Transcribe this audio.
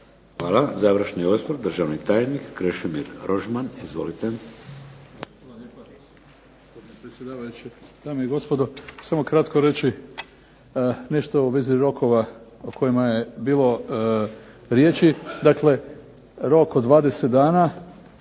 Hvala. Završni osvrt državni tajnik Krešimir Rožman. Izvolite.